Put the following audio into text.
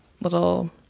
little